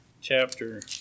chapter